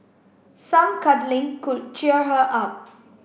some cuddling could cheer her up